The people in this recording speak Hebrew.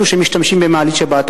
אלו שמשתמשים במעלית שבת,